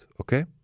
Okay